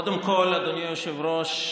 קודם כול, אדוני היושב-ראש,